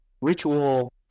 Ritual